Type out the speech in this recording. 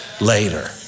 later